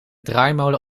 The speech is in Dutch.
draaimolen